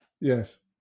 Yes